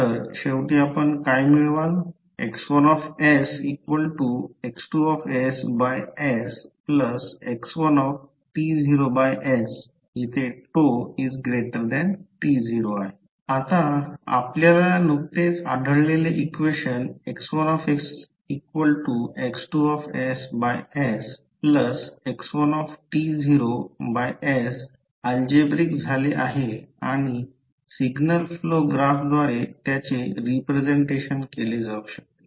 तर शेवटी आपण काय मिळवाल X1sX2sx1sτt0 आता आपल्याला नुकतेच आढळलेले इक्वेशन X1sX2sx1s अल्जेब्रिक झाले आहे आणि सिग्नल फ्लो ग्राफद्वारे त्याचे रिप्रेझेंटेशन केले जाऊ शकते